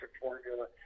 formula